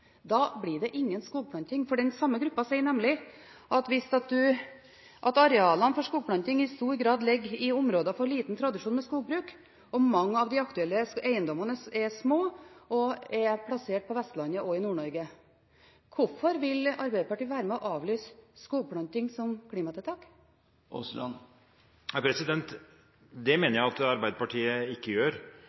da blir det ingen skogplanting. For den samme gruppa sier nemlig at arealene for skogplanting i stor grad ligger «i områder med liten tradisjon for skogbruk», og mange av de aktuelle eiendommene er små og er plassert på Vestlandet og i Nord-Norge. Hvorfor vil Arbeiderpartiet være med og avlyse skogplanting som klimatiltak? Det mener jeg at Arbeiderpartiet ikke gjør.